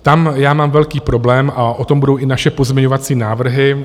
Tam já mám velký problém, a o tom budou i naše pozměňovací návrhy.